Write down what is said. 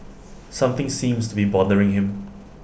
something seems to be bothering him